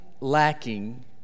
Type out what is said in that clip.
lacking